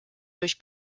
durch